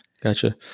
Gotcha